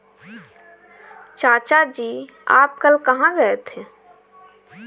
चाचा जी आप कल कहां गए थे?